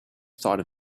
thought